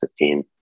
15